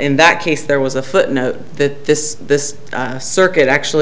in that case there was a footnote that this this circuit actually